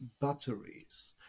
batteries